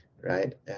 right